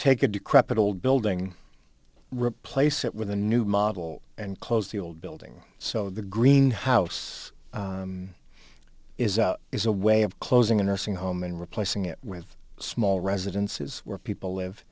take a decrepit old building replace it with a new model and close the old building so the green house is is a way of closing a nursing home and replacing it with small residences where people live